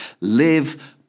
live